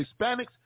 Hispanics